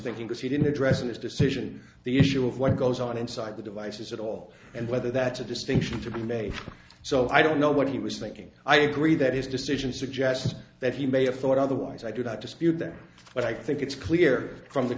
thinking because he didn't address in this decision the issue of what goes on inside the devices at all and whether that's a distinction to be made so i don't know what he was thinking i do agree that his decision suggests that he may have thought otherwise i do not dispute that but i think it's clear from the